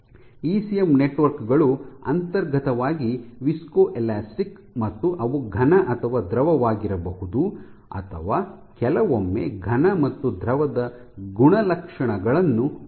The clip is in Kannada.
ಇಸಿಎಂ ನೆಟ್ವರ್ಕ್ ಗಳು ಅಂತರ್ಗತವಾಗಿ ವಿಸ್ಕೋಎಲಾಸ್ಟಿಕ್ ಮತ್ತು ಅವು ಘನ ಅಥವಾ ದ್ರವವಾಗಿರಬಹುದು ಅಥವಾ ಕೆಲವೊಮ್ಮೆ ಘನ ಮತ್ತು ದ್ರವದ ಗುಣಲಕ್ಷಣಗಳನ್ನು ಹೊಂದಿರಬಹುದು